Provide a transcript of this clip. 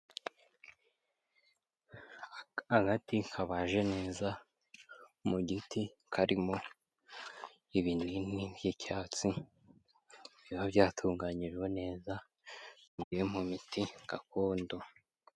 Agati kabaje neza mu giti karimo ibinini by'icyatsi, biba byatunganyijwe neza bivuye mu miti gakondo.